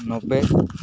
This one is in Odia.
ନବେ